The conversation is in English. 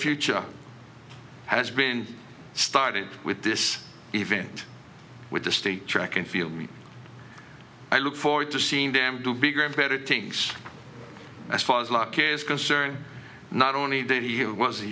future has been started with this event with the state track and field me i look forward to seeing them do bigger and better things as far as luck is concerned not only that he was